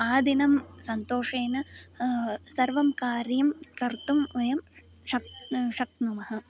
आदिनं सन्तोषेण सर्वं कार्यं कर्तुं वयं शक्न् शक्नुमः